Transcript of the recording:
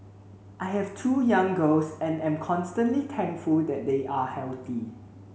I have two young girls and am constantly thankful that they are healthy